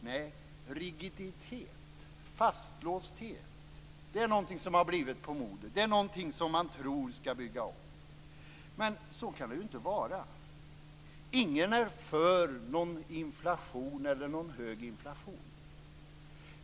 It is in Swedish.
Nej, rigiditet, fastlåshet är någonting som har blivit på modet. Det är någonting som man tror skall vara uppbyggande. Men så kan det inte vara. Ingen är för en hög inflation.